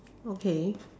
okay